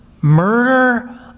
Murder